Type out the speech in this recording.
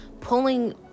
pulling